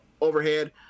overhead